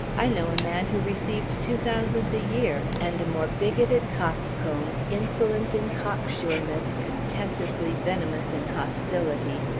i knew a man who received two thousand a year, and a more bigoted coxcomb, insolent in cocksureness, contemptibly venomous in hostility,